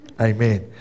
Amen